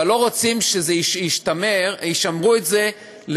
אבל לא רוצים שישמרו את זה לשנים,